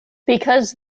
because